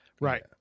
Right